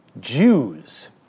Jews